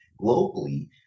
globally